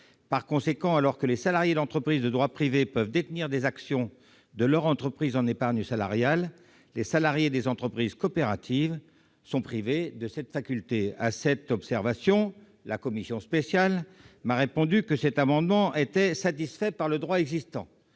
Par conséquent, alors que les salariés d'entreprises de droit privé peuvent détenir des actions de leur entreprise en épargne salariale, les salariés des entreprises coopératives sont privés de cette faculté. À cette observation, la commission spéciale m'a répondu que cet amendement était satisfait par le droit existant.